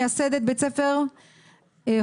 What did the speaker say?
מייסדת בית ספר הרים,